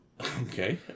Okay